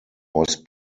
was